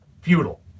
feudal